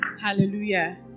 Hallelujah